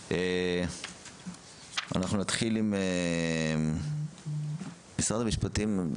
אנחנו נתחיל עם משרד המשפטים.